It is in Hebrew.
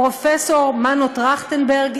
פרופסור מנו טרכטנברג,